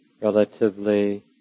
relatively